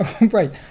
Right